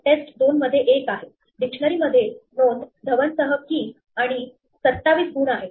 taste 2 मध्ये एक आहे डिक्शनरी मध्ये नोंद धवनसह key आणि 27 गुण आहेत